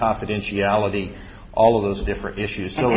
confidentiality all of those different issues so